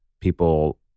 People